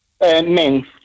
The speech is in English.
Men